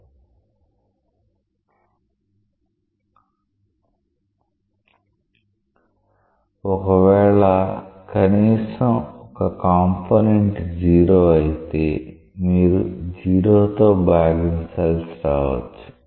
Now if at a common x y ఒకవేళ కనీసం ఒక కంపోనెంట్ 0 అయితే మీరు 0 తో భాగించాల్సి రావొచ్చు